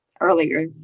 earlier